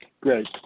Great